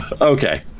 Okay